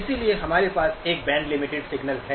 इसलिए हमारे पास एक बैंड लिमिटेड सिग्नल है